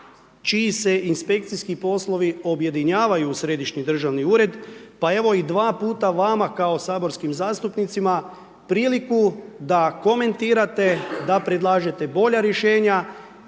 čiji se inspekciji poslovi objedinjavaju u središnji državni ured, pa evo i dva puta vama kao saborskim zastupnicima, priliku da komentirate, da predlažete bolja rješenja,